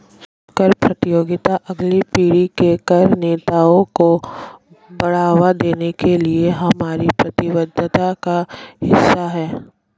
कर प्रतियोगिता अगली पीढ़ी के कर नेताओं को बढ़ावा देने के लिए हमारी प्रतिबद्धता का हिस्सा है